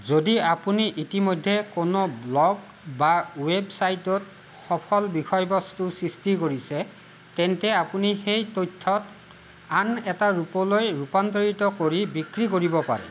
যদি আপুনি ইতিমধ্যে কোনো ব্লগ বা ৱেবছাইটত সফল বিষয়বস্তু সৃষ্টি কৰিছে তেন্তে আপুনি সেই তথ্যক আন এটা ৰূপলৈ ৰূপান্তৰিত কৰি বিক্ৰী কৰিব পাৰে